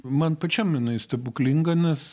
man pačiam jinai stebuklinga nes